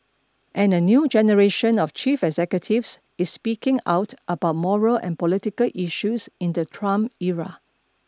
and a new generation of chief executives is speaking out about moral and political issues in the Trump era